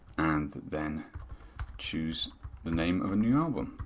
and then choose the name of a new album.